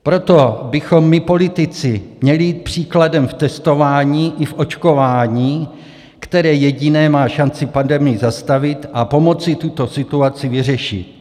Proto bychom my politici měli jít příkladem v testování i v očkování, které jediné má šanci pandemii zastavit a pomoci tuto situaci vyřešit.